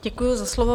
Děkuji za slovo.